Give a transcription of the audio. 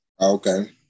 Okay